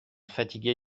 fatiguer